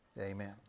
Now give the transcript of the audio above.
Amen